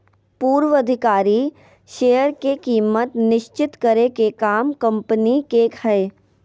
पूर्वधिकारी शेयर के कीमत निश्चित करे के काम कम्पनी के हय